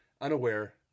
unaware